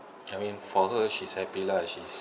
I mean for her she's happy lah she's